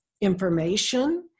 information